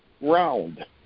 round